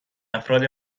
افراد